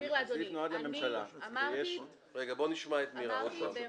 אני אמרתי בכנות,